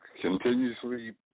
continuously